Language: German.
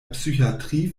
psychiatrie